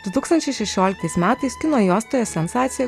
du tūkstančiai šešioliktais metais kino juostoje sensacija